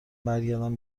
برگردم